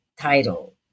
title